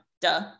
duh